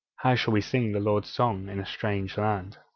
how shall we sing the lord's song in a strange land?